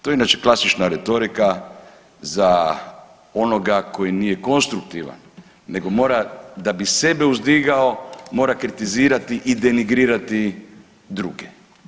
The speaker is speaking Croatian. To je inače klasična retorika za onoga koji nije konstruktivan nego mora da bi sebe uzdigao mora kritizirati i denigrirati druge.